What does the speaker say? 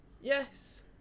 Yes